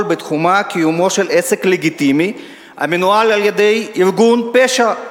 בתחומה קיומו של עסק "לגיטימי" המנוהל על-ידי ארגון פשע.